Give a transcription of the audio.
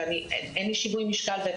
אין לי שיווי משקל.